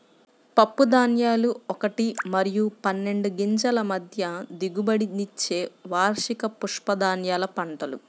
పప్పుధాన్యాలు ఒకటి మరియు పన్నెండు గింజల మధ్య దిగుబడినిచ్చే వార్షిక పప్పుధాన్యాల పంటలు